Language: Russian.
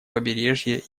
побережье